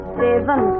seven